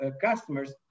customers